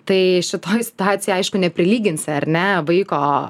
tai šitoj situacijoj aišku neprilyginsi ar ne vaiko